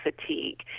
fatigue